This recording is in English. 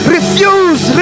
Refuse